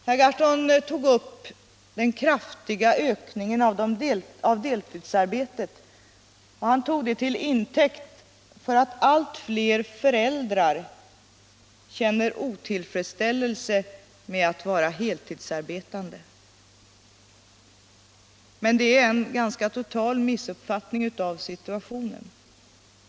Herr Gahrton tog också upp den kraftiga ökningen av deltidsarbetet, och han tog den till intäkt för påståendet att allt fler föräldrar känner otillfredsställelse med att vara heltidsarbetande. Men det är en ganska total missuppfattning av situationen.